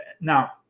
Now